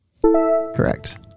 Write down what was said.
Correct